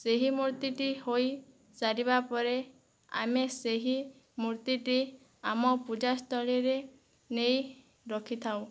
ସେହି ମୂର୍ତ୍ତିଟି ହୋଇ ସାରିବାପରେ ଆମେ ସେହି ମୂର୍ତ୍ତିଟି ଆମ ପୂଜା ସ୍ଥଳୀରେ ନେଇ ରଖିଥାଉ